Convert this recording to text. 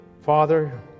Father